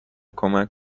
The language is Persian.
کمک